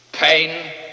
Pain